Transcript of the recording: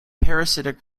parasitic